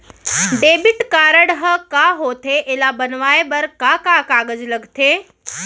Debit card ह का होथे एला बनवाए बर का का कागज लगथे?